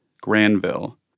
Granville